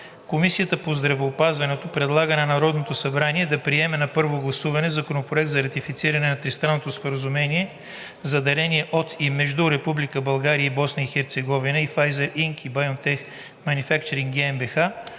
Комисията по здравеопазване предлага на Народното събрание да приеме на първо гласуване Законопроект за ратифициране на Тристранно споразумение за дарение от и между Република България и Босна и Херцеговина и Pfizer Inc. и BioNTech Manufacturing GmbH